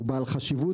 הוא בעל חשיבות